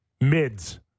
mids